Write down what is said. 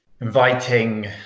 inviting